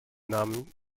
namen